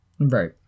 Right